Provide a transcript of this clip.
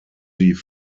sie